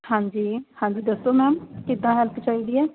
ਹਾਂਜੀ ਹਾਂਜੀ ਦੱਸੋ ਮੈਮ ਕਿੱਦਾਂ ਹੈਲਪ ਚਾਹੀਦੀ ਹੈ